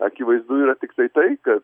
akivaizdu yra tiktai tai kad